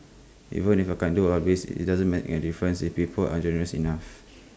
even if I can do all this IT doesn't make A difference if people aren't generous enough